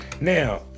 Now